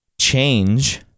change